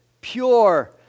pure